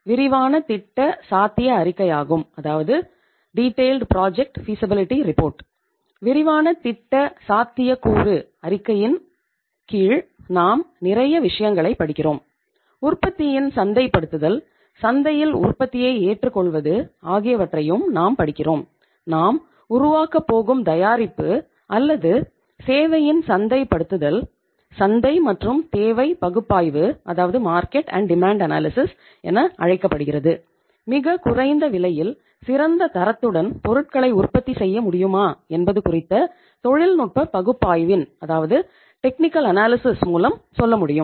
விரிவான திட்ட சாத்தியக்கூறு அறிக்கையின் மூலம் சொல்ல முடியும்